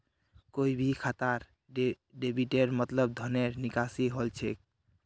कोई भी खातात डेबिटेर मतलब धनेर निकासी हल छेक